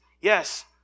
yes